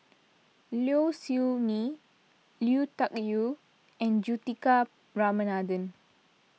Low Siew Nghee Lui Tuck Yew and Juthika Ramanathan